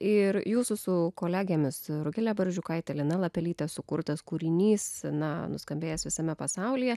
ir jūsų su kolegėmis rugile barzdžiukaite lina lapelyte sukurtas kūrinys na nuskambėjęs visame pasaulyje